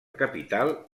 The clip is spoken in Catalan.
capital